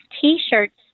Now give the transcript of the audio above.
t-shirts